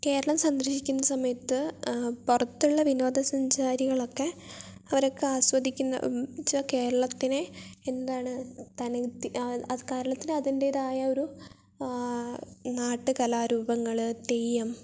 കേരളം സന്ദർശിക്കുന്ന സമയത്ത് പുറത്തുള്ള വിനോദ സഞ്ചാരികളൊക്കെ അവരൊക്കെ ആസ്വദിക്കുന്നത് എന്നു വെച്ചാൽ കേരളത്തിനെ എന്താണ് തനി അക്കാലത്തിനെ അതിൻ്റെതായ ഒരു നാട്ടു കലാരൂപങ്ങള് തെയ്യം